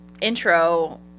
intro